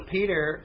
Peter